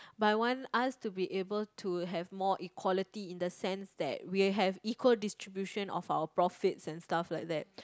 but I want us to be able to have more equality in the sense we'll have equal distribution of our profits and stuff like that